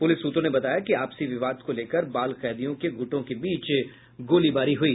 police सूत्रों ने बताया कि आपसी विवाद को लेकर बाल कैदियों के गुटों के बीच गोलीबारी हुई